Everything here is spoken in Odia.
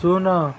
ଶୂନ